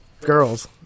girls